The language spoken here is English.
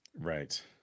Right